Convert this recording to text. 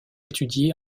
étudié